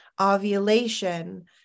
ovulation